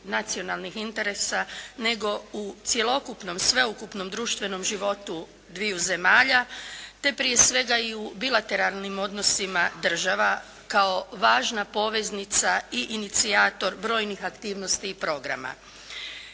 nacionalnih interesa, nego u cjelokupnom, sveukupnom društvenom životu dviju zemalja, te prije svega i u bilateralnim odnosima država kao važna poveznica i inicijator brojnih aktivnosti i programa.